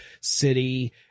city